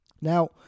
Now